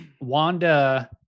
wanda